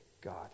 God